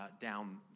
down